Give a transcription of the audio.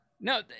No